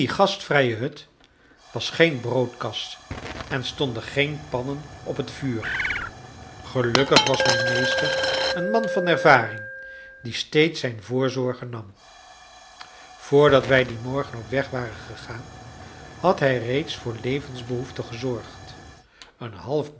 gastvrije hut was geen broodkas en stonden geen pannen op het vuur gelukkig was mijn meester een man van ervaring die steeds zijne voorzorgen nam voordat wij dien morgen op weg waren gegaan had hij reeds voor levensbehoeften gezorgd een half